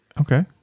Okay